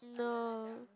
nah